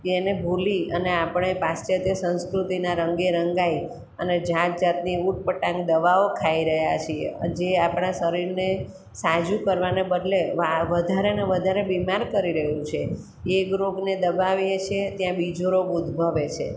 તેને ભુલી અને આપળે પાશ્ચયત્ય સંસ્કૃતિના રંગે રંગાઈ અને જાત જાતની ઉટપટાંગ દવાઓ ખાઈ રહ્યા છીએ જે આપણા શરીરને સાજું કરવાના બદલે વધારેને વધારે બીમાર કરી રહ્યું છે એક રોગને દબાવીએ છીએ ત્યાં બીજો રોગ ઉદ્ભવે છે